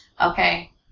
okay